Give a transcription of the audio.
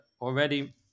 already